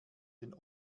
den